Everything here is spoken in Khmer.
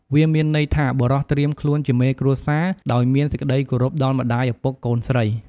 វាមានន័យថាបុរសត្រៀមខ្លួនជាមេគ្រួសារ ដោយមានសេចក្ដីគោរពដល់ម្ដាយឪពុកកូនស្រី។